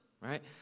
right